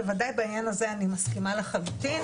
בוודאי בעניין הזה אני מסכימה לחלוטין,